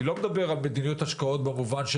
אני לא מדבר על מדיניות השקעות במובן של